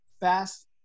fast